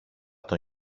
τον